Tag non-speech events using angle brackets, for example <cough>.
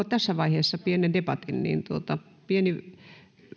<unintelligible> tässä vaiheessa pienen debatin pieni